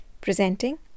Presenting